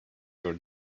your